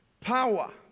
power